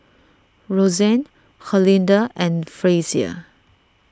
Roxane Herlinda and Frazier